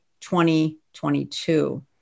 2022